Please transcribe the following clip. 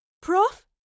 Prof